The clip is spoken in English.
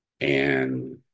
and-